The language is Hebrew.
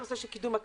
בנושא של הקלינטק,